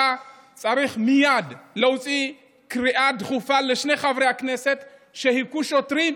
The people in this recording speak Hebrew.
שאתה צריך מייד להוציא קריאה דחופה לשני חברי הכנסת שהכו שוטרים,